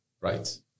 Right